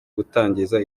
gutangiza